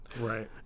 Right